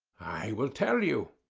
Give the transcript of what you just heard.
i will tell you.